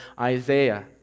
Isaiah